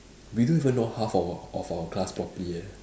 we don't even know half of of our class properly leh